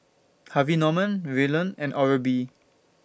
Harvey Norman Revlon and Oral B